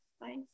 Bye